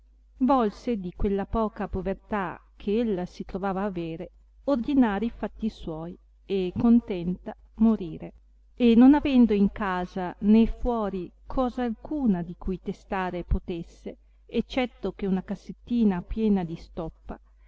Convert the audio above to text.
volse di quella poca povertà che ella si trovava avere ordinare i fatti suoi e contenta morire e non avendo in casa né fuori cosa alcuna di cui testare potesse eccetto che una cassettina piena di stoppa